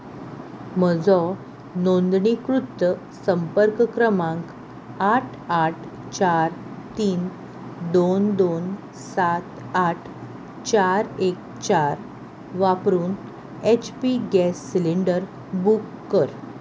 म्हजो नोंदणीकृत संपर्क क्रमांक आठ आठ चार तीन दोन दोन सात आठ चार एक चार वापरून H P gas cylinder book कर